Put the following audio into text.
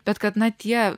bet kad na tie